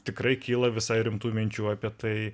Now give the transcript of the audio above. tikrai kyla visai rimtų minčių apie tai